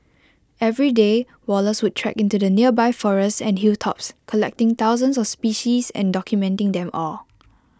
every day Wallace would trek into the nearby forests and hilltops collecting thousands of species and documenting them all